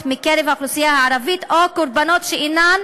מקרב האוכלוסייה הערבית או בקורבנות שאינן